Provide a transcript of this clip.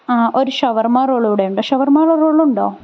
ആ ഒരു ഷവർമ റോളൂ കൂടിയുണ്ട് ഷവർമ റോളുണ്ടോ